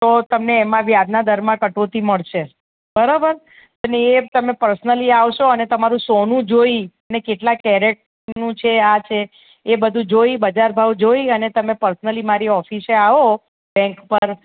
તો તમને એમાં વ્યાજના દરમાં કટોતી મળશે બરોબર અને એ તમે પર્સનલી આવશો અને તમારું સોનું જોઈને કેટલા કેરેટનું છે આ છે એ બધું જોઈ બજાર ભાવ જોઈ અને તમે પર્સનલી મારી ઓફિસે આવો બૅન્ક પર